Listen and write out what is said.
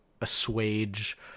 assuage